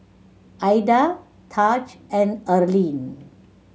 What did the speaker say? Aida Tahj and Erline